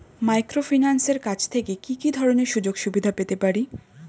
মাইক্রোফিন্যান্সের কাছ থেকে কি কি ধরনের সুযোগসুবিধা পেতে পারি?